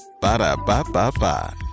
Ba-da-ba-ba-ba